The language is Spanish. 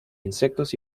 insectos